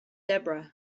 deborah